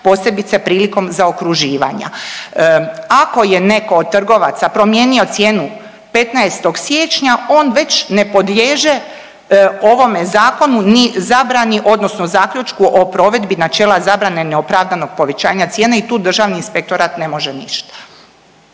posebice prilikom zaokruživanja. Ako je netko od trgovaca promijenio cijenu 15. siječnja, on već ne podliježe ovome Zakonu ni zabrani odnosno zaključku o provedbi načela zabrane neopravdanog povećanja cijena i tu Državni inspektorat ne može ništa.